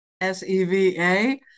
S-E-V-A